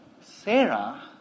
Sarah